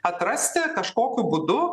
atrasti kažkokiu būdu